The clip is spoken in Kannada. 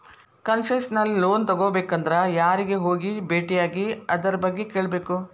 ಕನ್ಸೆಸ್ನಲ್ ಲೊನ್ ತಗೊಬೇಕಂದ್ರ ಯಾರಿಗೆ ಹೋಗಿ ಬೆಟ್ಟಿಯಾಗಿ ಅದರ್ಬಗ್ಗೆ ಕೇಳ್ಬೇಕು?